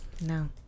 No